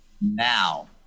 now